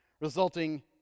resulting